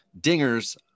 Dingers